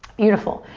beautiful,